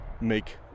make